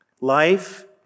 Life